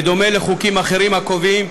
דומה לחוקים אחרים הקובעים